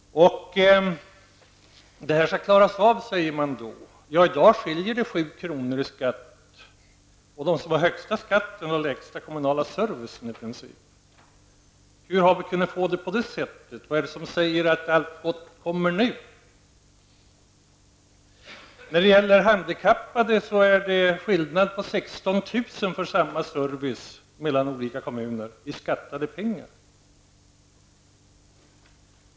Detta skall klaras av, säger man då. Ja, i dag skiljer det 7 kr. i skatt, och de som har den högsta skatten har den lägsta kommunala servicen. Hur har det kunnat bli på det sättet? Vad är det som säger att allt gott kommer nu? När det gäller handikappade är det en skillnad mellan olika kommuner på 16 000 kr. i skattade pengar för samma service.